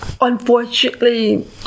Unfortunately